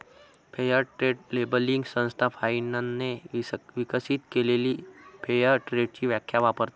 fair trade labelling संस्था फाइनने विकसित केलेली फेअर ट्रेडची व्याख्या वापरते